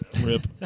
rip